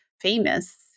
famous